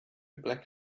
black